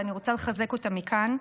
ואני רוצה לחזק אותם מכאן.